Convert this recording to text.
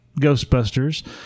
Ghostbusters